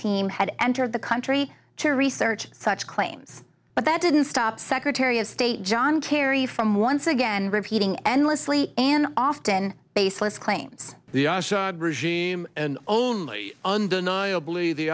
team had entered the country to research such claims but that didn't stop secretary of state john kerry from once again repeating endlessly and often baseless claims the regime only undeniably the